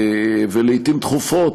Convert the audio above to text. ולעתים דחופות,